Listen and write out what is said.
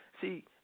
see